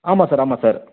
ஆமாம் சார் ஆமாம் சார்